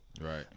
Right